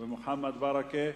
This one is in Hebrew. מוחמד ברכה,